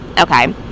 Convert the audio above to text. okay